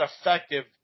effective